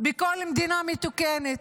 כמו בכל מדינה מתוקנת.